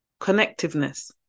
connectiveness